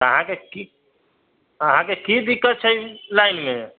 अहाँके की अहाँके की दिक्कत छै लाइन मे